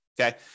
Okay